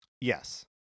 Yes